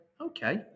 okay